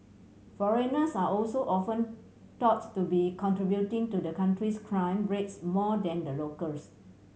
foreigners are also often thought to be contributing to the country's crime rates more than the locals